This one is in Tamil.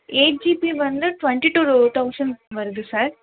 எயிட் ஜிபி வந்து ட்வெண்ட்டி டூ தௌசண்ட் வருது சார்